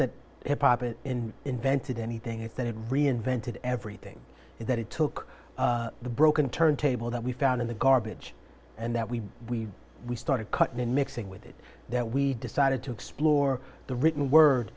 that hip hop it in invented anything it that it reinvented everything in that it took the broken turntable that we found in the garbage and that we we we started cutting and mixing with it that we decided to explore the written word